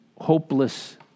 hopeless